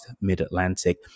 Mid-Atlantic